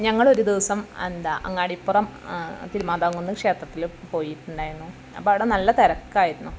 ഞങ്ങളൊരു ദിവസം എന്താ അങ്ങാടിപ്പുറം തിരുമാന്താംകുന്ന് ക്ഷേത്രത്തിൽ പോയിട്ടുണ്ടായിരുന്നു അപ്പോൾ അവിടെ നല്ല തിരക്കായിരുന്നു